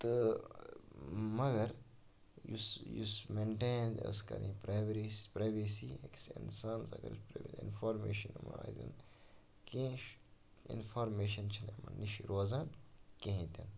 تہٕ مگر یُس یُس مینٹین ٲسۍ کَرٕنۍ پرٛایؤری پرٛایویسی أکِس اِنسانَس اگر اِنفارمیشَن آے دِنہٕ کینٛہہ چھُنہٕ اِنفارمیشَن چھَنہٕ یِمَن نِش روزان کِہیٖنۍ تہِ نہٕ